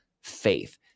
faith